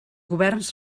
governs